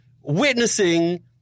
witnessing